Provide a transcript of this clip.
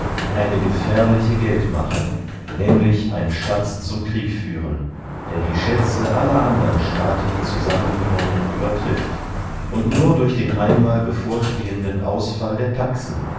eine gefährliche geldmacht nämlich ein schatz zum kriegführen der die schätze aller andern staaten zusammengenommen übertrifft und nur durch den einmal bevorstehenden ausfall der taxen